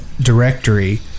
directory